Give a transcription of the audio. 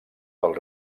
del